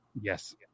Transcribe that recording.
Yes